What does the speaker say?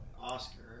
Oscar